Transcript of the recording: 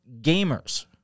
gamers